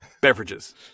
beverages